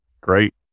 Great